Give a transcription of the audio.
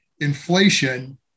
inflation